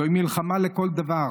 זוהי מלחמה לכל דבר,